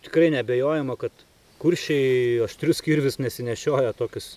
tikrai neabejojama kad kuršiai aštrius kirvius nesinešioja tokius